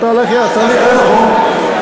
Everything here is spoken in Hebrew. והתהליך היה נכון.